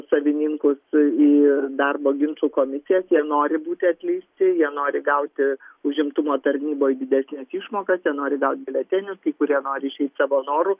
savininkus į darbo ginčų komisijas jie nori būti atleisti jie nori gauti užimtumo tarnyboj didesnes išmokas jie nori gaut biuletenius kai kurie nori išeit savo noru